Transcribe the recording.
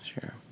Sure